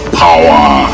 power